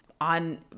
On